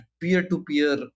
peer-to-peer